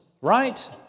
right